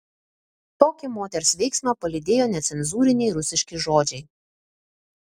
tokį moters veiksmą palydėjo necenzūriniai rusiški žodžiai